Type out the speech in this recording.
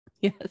Yes